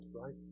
right